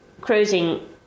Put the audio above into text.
cruising